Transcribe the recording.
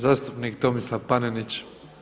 Zastupnik Tomislav Panenić.